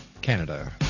Canada